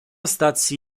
stacji